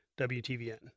WTVN